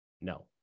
No